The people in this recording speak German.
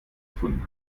gefunden